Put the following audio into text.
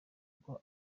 uko